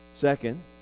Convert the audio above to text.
Second